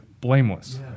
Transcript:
blameless